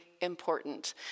important